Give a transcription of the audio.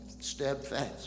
steadfast